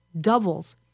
doubles